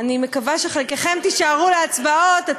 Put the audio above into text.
אני מקווה שחלקכם תישארו להצבעות,